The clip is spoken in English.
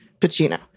Pacino